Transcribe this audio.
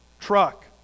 truck